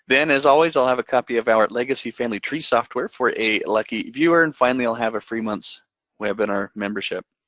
then, as always, i'll have a copy of our legacy family tree software for a lucky viewer, and finally, i'll have a free month's webinar membership.